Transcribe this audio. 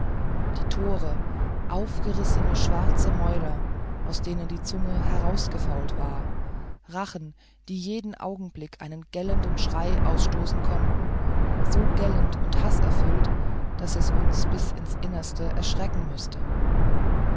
die tore aufgerissene schwarze mäuler aus denen die zungen ausgefault waren rachen die jeden augenblick einen gellenden schrei ausstoßen konnten so gellend und haßerfüllt daß es uns bis ins innerste erschrecken müßte